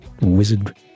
wizard